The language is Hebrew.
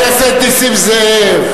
חבר הכנסת נסים זאב.